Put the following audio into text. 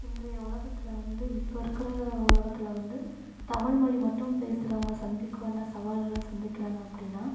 இன்றைய உலகத்தில் வந்து இப்போ இருக்கிற உலகத்தில் வந்து தமிழ்மொழி மட்டும் பேசுகிறவங்க சந்திக்கும் என்ன சவால்களை சந்திக்கிறாங்கள் அப்படின்னா